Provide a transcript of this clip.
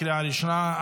לקריאה הראשונה.